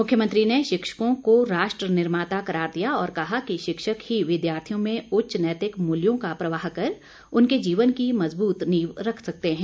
मुख्यमंत्री ने शिक्षकों को राष्ट्र निर्माता करार दिया और कहा कि शिक्षक ही विद्यार्थियों में उच्च नैतिक मूल्यों का प्रवाह कर उनके जीवन की मजबूत नींव रखते है